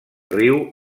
riu